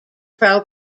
pro